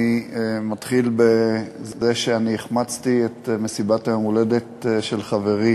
אני מתחיל בזה שהחמצתי את מסיבת יום ההולדת של חברי